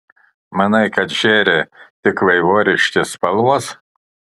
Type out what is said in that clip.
manai kad žėri tik vaivorykštės spalvos